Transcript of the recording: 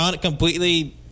completely